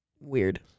weird